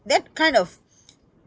that kind of